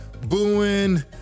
booing